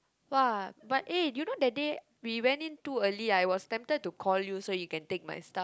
!wah! but eh you know that day we went in too early I was tempted to call you so you can take my stuff